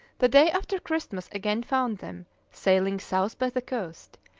the day after christmas again found them sailing south by the coast,